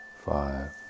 five